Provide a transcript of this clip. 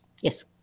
Yes